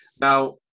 Now